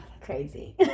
crazy